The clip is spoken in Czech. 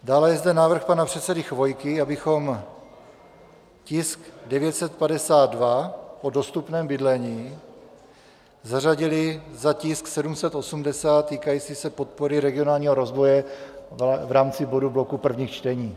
Dále je zde návrh pana předsedy Chvojky, abychom tisk 952 o dostupném bydlení zařadili za tisk 780 týkající se podpory regionálního rozvoje v rámci bodů bloku prvních čtení.